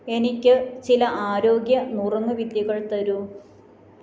എനിക്ക് ചില ആരോഗ്യ നുറുങ്ങ് വിദ്യകൾ തരൂ